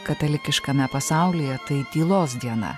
katalikiškame pasaulyje tai tylos diena